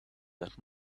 that